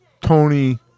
Tony